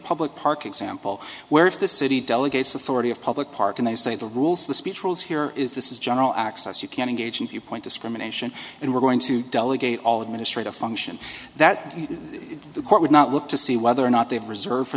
public park example where if the city delegates authority of public park and they say the rules the speech rules here is this is general access you can't engage in viewpoint discrimination and we're going to delegate all administrative functions that the court would not look to see whether or not they've reserved for